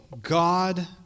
God